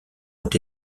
ont